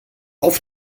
auf